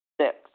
Six